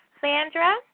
Sandra